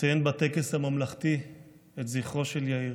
לציין בטקס הממלכתי את זכרו של יאיר.